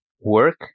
work